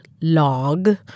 log